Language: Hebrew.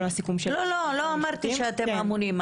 לא אמרתי שאתם אמונים.